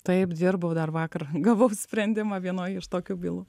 taip dirbau dar vakar gavau sprendimą vienoj iš tokių bylų